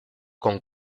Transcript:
con